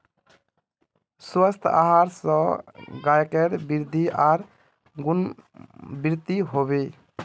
स्वस्थ आहार स गायकेर वृद्धि आर गुणवत्तावृद्धि हबे